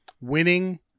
winning